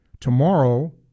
Tomorrow